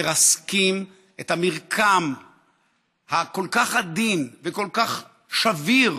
מרסקים את המרקם העדין כל כך ושביר